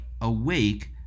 awake